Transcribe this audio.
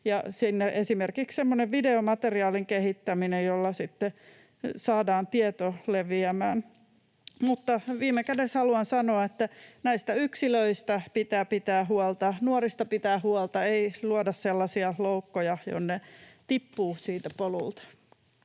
semmoinen videomateriaalin kehittäminen, jolla sitten saadaan tieto leviämään. Mutta viime kädessä haluan sanoa, että näistä yksilöistä pitää pitää huolta, nuorista pitää huolta, ei luoda sellaisia loukkoja, minne tippuu siitä polulta.